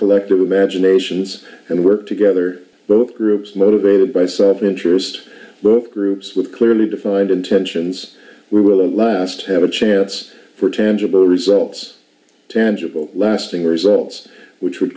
collective imaginations and work together both groups motivated by soft interest groups with clearly defined intentions were last have a chance for tangible results tangible lasting results which would